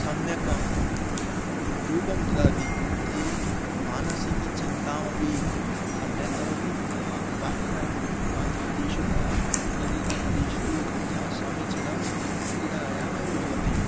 सम्यक् किं रूपं ददाति इति मानसिकचिन्तामपि सम्यक् करोति पुनः बाह्यं बाह्यादिषु यः शरीरादिषु यथा समीचीनं क्रीडायामेव भवति